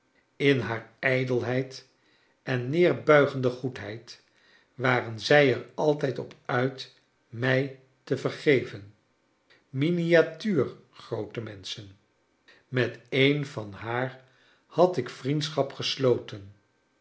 in haar rjdelheid eft nederbuigende goedheid waren zij er altijd op uit mij te vergeven miniatuur groote menschen met een van haar had ik vriendschap gesloten